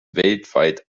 weltweit